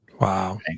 Wow